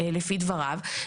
לפי דבריו,